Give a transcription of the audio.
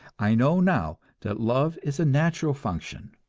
i know now that love is a natural function.